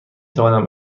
توانم